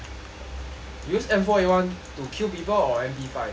you use N four A one to kill people or M_P five